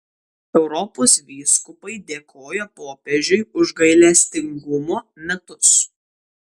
europos vyskupai dėkoja popiežiui už gailestingumo metus